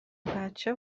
بچه